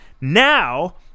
Now